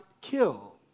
kill